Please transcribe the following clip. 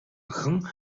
охин